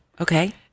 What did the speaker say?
Okay